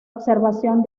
observación